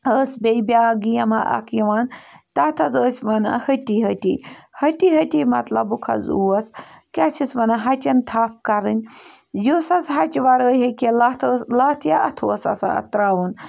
ٲس بیٚیہِ بیٛاکھ گیم اَکھ یِوان تَتھ حظ ٲسۍ وَنان ۂٹی ۂٹی ۂٹی ۂٹی مطلبُک حظ اوس کیٛاہ چھِس وَنان ہَچَن تھَپھ کَرٕنۍ یُس حظ ہَچہِ وَرٲے ہیٚکہِ ہا لَتھ ٲس لَتھ یا اَتھٕ اوس آسان اَتھ ترٛاوُن